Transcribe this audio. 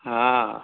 ହଁ